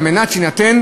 על מנת שתינתן